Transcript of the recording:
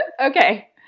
Okay